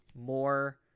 more